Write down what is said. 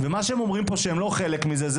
ומה שהם אומרים פה שהם לא חלק מזה,